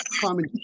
common